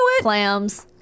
Clams